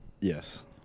yes